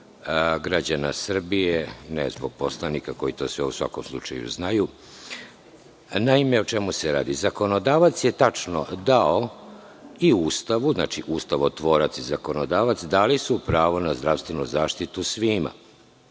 građana Srbije, ne zbog poslanika koji to sve u svakom slučaju znaju. Naime, o čemu se radi? Zakonodavac je tačno dao i u Ustavu, znači, ustavotvorac i zakonodavac, dali su pravo na zdravstvenu zaštitu svima.